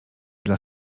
dla